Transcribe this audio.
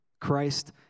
Christ